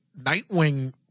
Nightwing